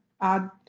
add